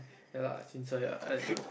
ya lah chincai lah I